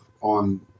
on